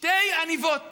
שתי עניבות